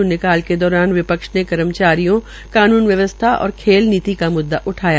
शुन्य काल के दौरान विपक्ष ने कर्मचारियों कान्न व्यवसथा और खेल नीति का मुद्दा उठाया